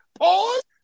pause